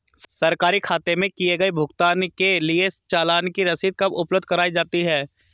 सरकारी खाते में किए गए भुगतान के लिए चालान की रसीद कब उपलब्ध कराईं जाती हैं?